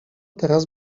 teraz